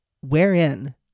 wherein